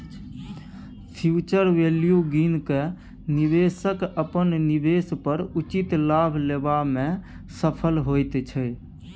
future value गिन केँ निबेशक अपन निबेश पर उचित लाभ लेबा मे सफल होइत छै